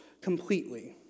completely